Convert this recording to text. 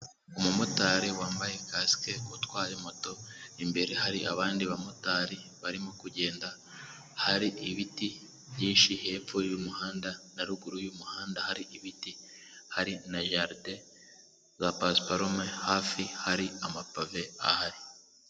Umumotari wambaye kasike, utwaye moto, imbere hari abandi bamotari barimo kugenda, hari ibiti byinshi hepfo y'umuhanda, na ruguru y'umuhanda hari ibiti, hari na jaride za pasiparumu, hafi hari amapave ahari.